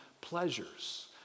pleasures